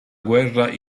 guerra